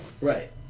Right